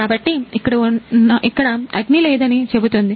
కాబట్టి ఇక్కడ అగ్ని లేదని చెబుతుంది